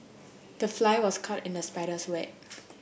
the fly was caught in the spider's web